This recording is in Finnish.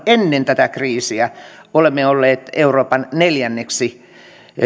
ennen tätä kriisiä olemme olleet euroopan neljänneksi